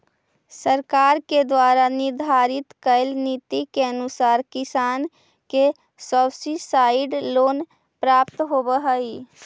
सरकार के द्वारा निर्धारित कैल नीति के अनुसार किसान के सब्सिडाइज्ड लोन प्राप्त होवऽ हइ